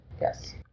Yes